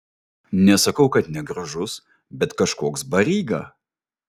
nesakau kad negražus bet kažkoks baryga